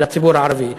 על הציבור הערבי,